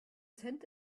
sand